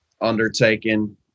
undertaken